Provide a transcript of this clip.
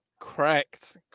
Correct